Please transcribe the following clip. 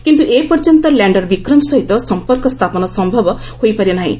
କିନ୍ତୁ ଏପର୍ଯ୍ୟନ୍ତ ଲ୍ୟାଣର୍ ବିକ୍ରମ ସହିତ ସମ୍ପର୍କ ସ୍ଥାପନ ସମ୍ଭବ ହୋଇପାରି ନାହିଁ